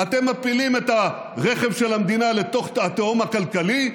אתם מפילים את הרכב של המדינה לתוך התהום הכלכלית,